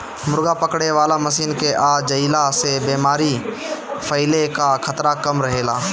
मुर्गा पकड़े वाला मशीन के आ जईला से बेमारी फईले कअ खतरा कम रहेला